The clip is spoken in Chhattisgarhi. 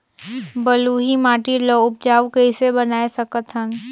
बलुही माटी ल उपजाऊ कइसे बनाय सकत हन?